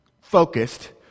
focused